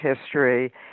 history